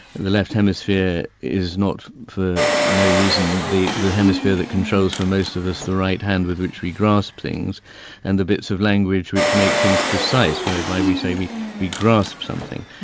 the left hemisphere is not for no reason the the hemisphere that controls for most of us the right hand with which we grasp things and the bits of language which make things precise whereby we say we we grasp something.